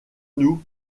nous